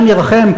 השם ירחם,